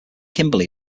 kimberley